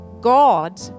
God